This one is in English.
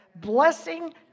blessing